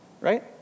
right